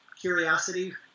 curiosity